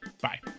Bye